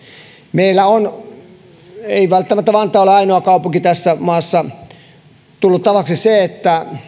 meillä ei välttämättä vantaa ole ainoa kaupunki tässä maassa on tullut tavaksi se että